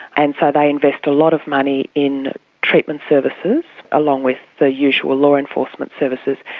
and so they invest a lot of money in treatment services along with the usual law enforcement services.